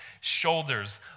shoulders